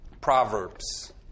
Proverbs